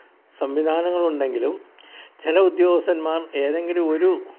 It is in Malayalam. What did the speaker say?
സംവിധാനങ്ങളുണ്ടെങ്കിലും ചില ഉദ്യോഗസ്ഥന്മാർ ഏതെങ്കിലും ഒരു